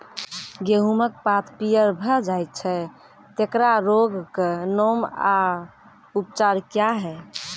गेहूँमक पात पीअर भअ जायत छै, तेकरा रोगऽक नाम आ उपचार क्या है?